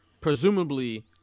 presumably